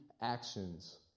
actions